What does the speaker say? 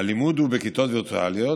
הלימוד הוא בכיתות וירטואליות,